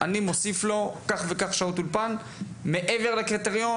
אני מוסיפה לו כך וכך שעות אולפן מעבר לקריטריון"?